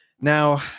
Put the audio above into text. Now